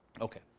Okay